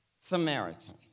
Samaritan